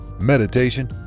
meditation